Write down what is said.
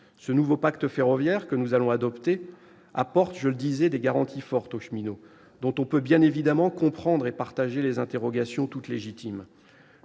Le nouveau pacte ferroviaire que nous allons adopter apporte, je le disais, des garanties fortes aux cheminots, dont on peut bien évidemment comprendre et partager les interrogations, tout à fait légitimes.